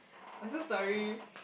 I'm so sorry